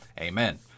Amen